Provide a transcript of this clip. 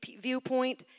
viewpoint